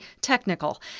technical